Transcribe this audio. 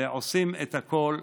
ועושים את הכול.